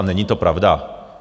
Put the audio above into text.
Není to pravda.